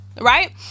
right